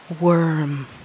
worm